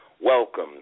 welcome